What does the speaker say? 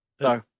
No